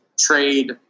trade